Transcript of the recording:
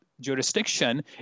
jurisdiction